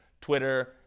Twitter